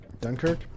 Dunkirk